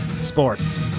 sports